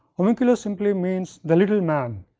homunculus simply means the little man,